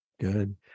Good